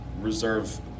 reserve